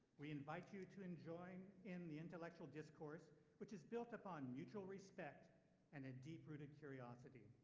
we invite you to enjoin in the intellectual discourse which is built upon mutual respect and a deep-rooted curiosity.